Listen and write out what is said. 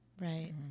Right